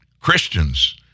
Christians